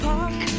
Park